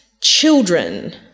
children